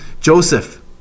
Joseph